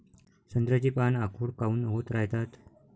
संत्र्याची पान आखूड काऊन होत रायतात?